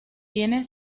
tiene